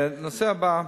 הנושא הבא,